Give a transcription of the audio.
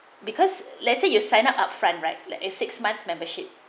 because let's say you sign up upfront right like a six month membership